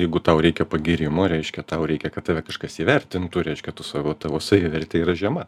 jeigu tau reikia pagyrimo reiškia tau reikia kad tave kažkas įvertintų reiškia tu savo tavo savivertė yra žema